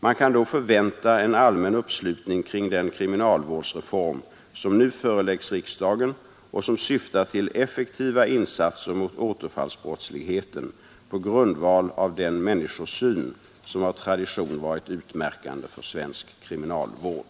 Man kan då förvänta en allmän uppslutning kring den kriminalvårdsreform som nu föreläggs riksdagen och som syftar till effektiva insatser mot återfallsbrottsligheten på grundval av den människosyn som av tradition varit utmärkande för svensk kriminalvård.